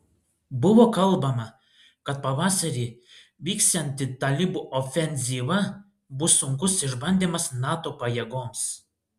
buvo kalbama kad pavasarį vyksianti talibų ofenzyva bus sunkus išbandymas nato pajėgoms